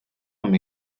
amb